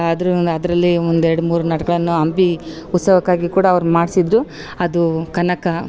ಅದ್ರ ಅದರಲ್ಲಿ ಒಂದೆರಡು ಮೂರು ನಾಟಕವನ್ನು ಹಂಪಿ ಉತ್ಸವಕ್ಕಾಗಿ ಕೂಡ ಅವ್ರು ಮಾಡಿಸಿದ್ರು ಅದು ಕನಕ